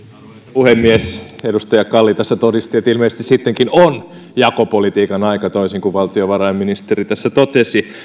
puhemies edustaja kalli tässä todisti että ilmeisesti sittenkin on jakopolitiikan aika toisin kuin valtiovarainministeri tässä totesi